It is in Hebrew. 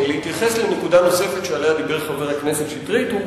להתייחס לנקודה נוספת שחבר הכנסת שטרית דיבר עליה.